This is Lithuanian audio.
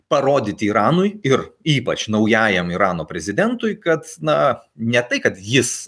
parodyti iranui ir ypač naujajam irano prezidentui kad na ne tai kad jis